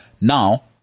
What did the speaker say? Now